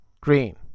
green